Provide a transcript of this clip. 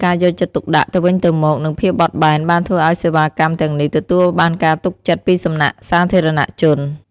ការយកចិត្តទុកដាក់ទៅវិញទៅមកនិងភាពបត់បែនបានធ្វើឱ្យសេវាកម្មទាំងនេះទទួលបានការទុកចិត្តពីសំណាក់សាធារណជន។